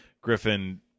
Griffin